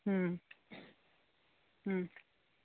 ꯎꯝ ꯎꯝ